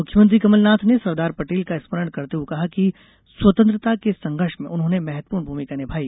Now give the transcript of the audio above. मुख्यमंत्री कमलनाथ ने सरदार पटेल का स्मरण करते हुये कहा कि स्वतंत्रता के संघर्ष में उन्होंने महत्वपूर्ण भूमिका निभाई